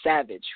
Savage